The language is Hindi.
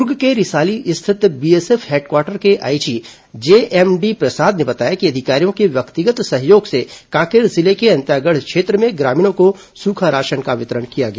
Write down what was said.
दुर्ग के रिसाली स्थित बीएसएफ हेडक्वार्टर के आईजी जेएमडी प्रसाद ने बताया कि अधिकारियों के व्यक्तिगत सहयोग से कांकेर जिले के अंतागढ़ क्षेत्र में ग्रामीणों को सूखा राशन का वितरण किया गया